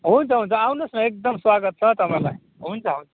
हुन्छ हुन्छ आउनुहोस् न एकदम स्वागत छ तपाईँहरूलाई हुन्छ हुन्छ